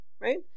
right